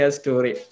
story